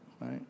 right